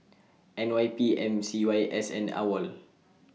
N Y P M C Y S and AWOL